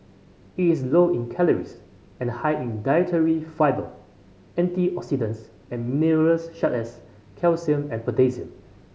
it is low in calories and high in dietary fibre antioxidants and minerals such as calcium and potassium